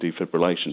defibrillation